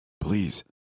Please